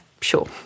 sure